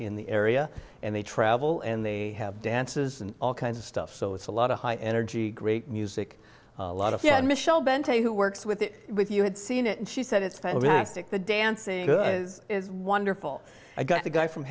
in the area and they travel and they have dances and all kinds of stuff so it's a lot of high energy great music a lot of good michelle bento who works with it with you had seen it and she said it's fantastic the dancing good is wonderful i got the guy from